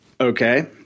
okay